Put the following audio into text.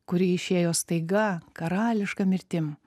kuri išėjo staiga karališka mirtim